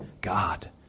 God